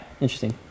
interesting